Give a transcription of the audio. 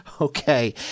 Okay